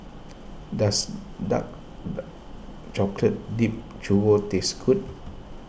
does Dark Chocolate Dipped Churro taste good